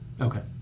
Okay